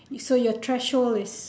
so your threshold is